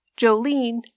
Jolene